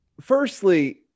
Firstly